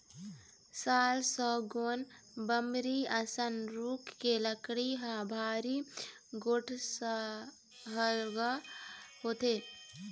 साल, सागौन, बमरी असन रूख के लकड़ी ह भारी ठोसलगहा होथे